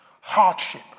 hardship